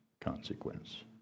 consequence